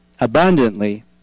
abundantly